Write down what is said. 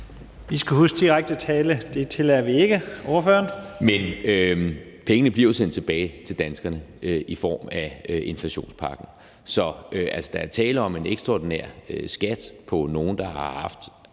I skal huske, at direkte tiltale tillader vi ikke. Ordføreren. Kl. 13:52 Jan E. Jørgensen (V): Men pengene bliver jo sendt tilbage til danskerne i form af inflationspakken. Så der er tale om en ekstraordinær skat for nogle, der har haft